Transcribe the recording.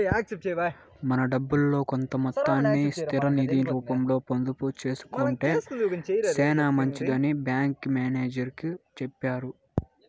మన డబ్బుల్లో కొంత మొత్తాన్ని స్థిర నిది రూపంలో పొదుపు సేసుకొంటే సేనా మంచిదని బ్యాంకి మేనేజర్ సెప్పినారు